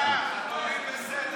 בוסו,